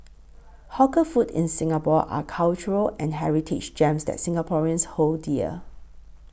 hawker food in Singapore are cultural and heritage gems that Singaporeans hold dear